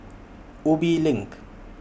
Ubi LINK